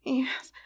yes